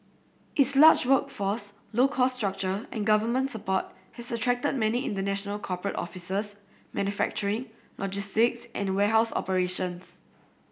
its large workforce low cost structure and government support has attracted many international corporate offices manufacturing logistics and warehouse operations